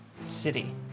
city